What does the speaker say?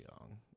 Young